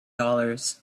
dollars